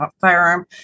firearm